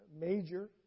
major